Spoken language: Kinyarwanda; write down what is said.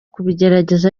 kubigerageza